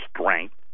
strength